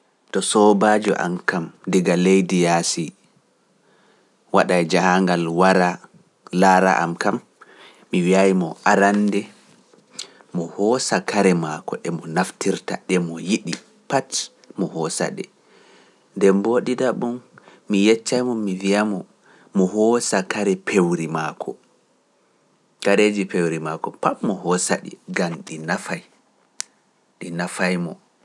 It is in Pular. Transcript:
To soobaajo am kam, diga leydi yaasi, waɗa e jahaangal wara laara am kam, mi wi'aay mo arannde mo hosa kare maako, emo naftirta ɗe mo yiɗi, pati mo hosa ɗe.